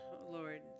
Lord